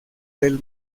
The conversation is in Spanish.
del